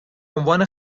عنوان